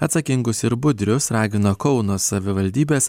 atsakingus ir budrius ragina kauno savivaldybės